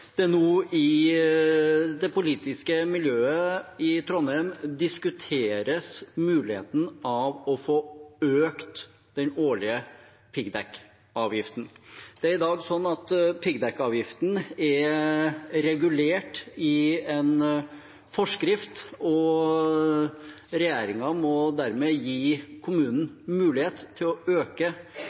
det nå i det politiske miljøet i Trondheim diskuteres muligheten av å få økt den årlige piggdekkavgiften. Det er i dag slik at piggdekkavgiften er regulert i en forskrift, og regjeringen må dermed gi kommunen mulighet til å øke